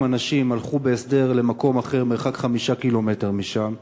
אנשים הלכו בהסדר למקום אחר מרחק 5 ק"מ משם.